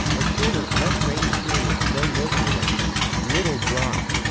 a shorter, less rainy period, known locally as the little dry,